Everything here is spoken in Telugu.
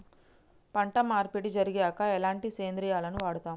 పంట మార్పిడి జరిగాక ఎలాంటి సేంద్రియాలను వాడుతం?